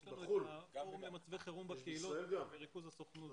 יש לנו את הפורום למצבי חירום בקהילות בריכוז הסוכנות.